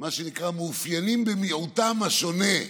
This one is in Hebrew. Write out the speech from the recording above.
מה שנקרא מתאפיינות במיעוטן השונה.